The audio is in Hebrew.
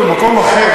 זה במקום אחר,